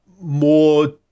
more